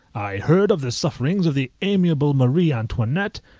i heard of the sufferings of the amiable marie antoinette,